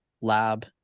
lab